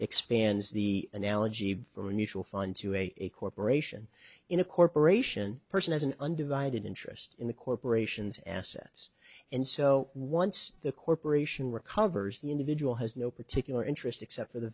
expands the analogy for a mutual fund to a corporation in a corporation person as an undivided interest in the corporation's assets and so once the corporation recovers the individual has no particular interest except for the